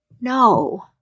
No